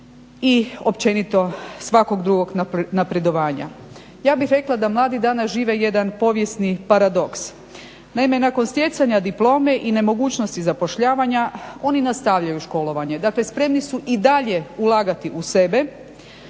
i općenito svakog drugog napredovanja. Ja bih rekla da mladi danas žive jedan povijesni paradoks. Naime, nakon stjecanja diplome i nemogućnosti zapošljavanja oni nastavljaju školovanje. Dakle, spremni su i dalje ulagati u sebe,